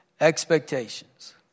expectations